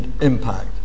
impact